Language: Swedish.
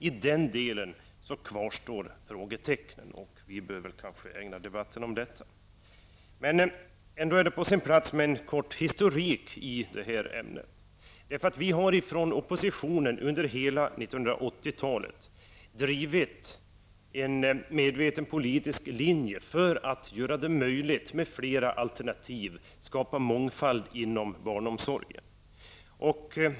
I den delen kvarstår frågetecknen, och vi bör kanske ägna debatten åt detta. Det är ändå på sin plats med en kort historik i det här ämnet. Oppositionen har under hela 1980-talet drivit en medveten politisk linje för att göra det möjligt med fler alternativ och skapa mångfald inom barnomsorgen.